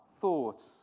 thoughts